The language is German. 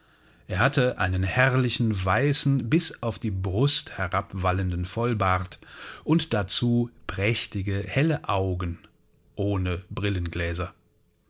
er hatte einen herrlichen weißen bis auf die brust herabwallenden vollbart und dazu prächtige helle augen ohne brillengläser